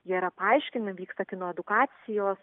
jie yra aiškini vyksta kino edukacijos